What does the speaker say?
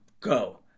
go